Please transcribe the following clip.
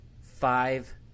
five